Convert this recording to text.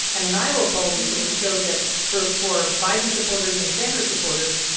and an iowa poll recently showed that, for for biden supporters and sanders supporters,